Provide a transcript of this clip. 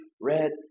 red